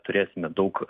turėsime daug